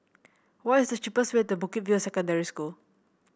what is the cheapest way to Bukit View Secondary School